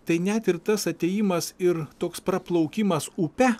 tai net ir tas atėjimas ir toks praplaukimas upe